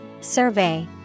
Survey